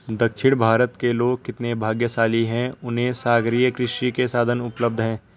दक्षिण भारत के लोग कितने भाग्यशाली हैं, उन्हें सागरीय कृषि के साधन उपलब्ध हैं